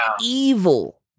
evil